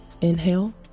Inhale